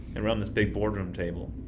around this big boardroom table.